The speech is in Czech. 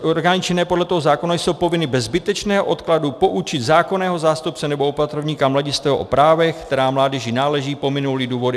Orgány činné podle tohoto zákona jsou povinny bez zbytečného odkladu poučit zákonného zástupce nebo opatrovníka mladistvého o právech, která mládeži náleží, pominouli důvody, atd.